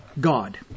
God